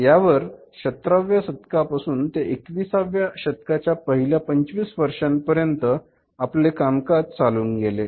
यावर सतराव्या शतकापासून ते एकविसाव्या शतकाच्या पहिल्या पंचवीस वर्षांपर्यंत आपले कामकाज चालून गेले